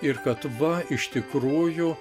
ir kad va iš tikrųjų